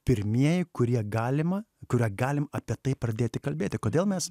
pirmieji kurie galima kurie galim apie tai pradėti kalbėti kodėl mes